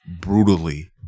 brutally